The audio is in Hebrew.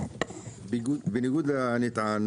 אין הכשרה של נהגים,